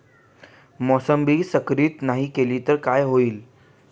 मोसंबी संकरित नाही केली तर काय होईल?